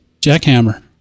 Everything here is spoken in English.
jackhammer